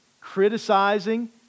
criticizing